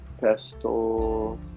pesto